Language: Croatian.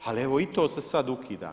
Ali evo i to se sada ukida.